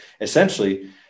essentially